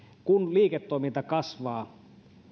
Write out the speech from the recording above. kun liiketoiminta kasvaa